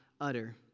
utter